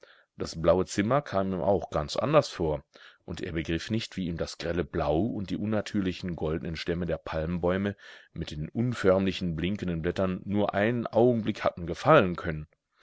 das blaue zimmer kam ihm auch ganz anders vor und er begriff nicht wie ihm das grelle blau und die unnatürlichen goldnen stämme der palmbäume mit den unförmlichen blinkenden blättern nur einen augenblick hatten gefallen können